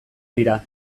dira